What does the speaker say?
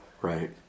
Right